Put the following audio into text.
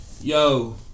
Yo